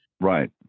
Right